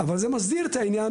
אבל זה מסביר את העניין,